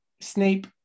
Snape